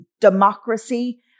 democracy